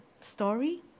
story